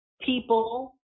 people